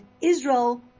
Israel